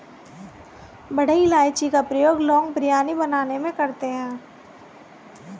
बड़ी इलायची का प्रयोग लोग बिरयानी बनाने में करते हैं